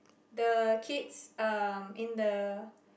the kids um in the